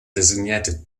designated